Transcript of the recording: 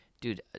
dude